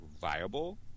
viable